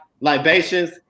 libations